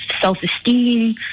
self-esteem